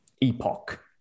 epoch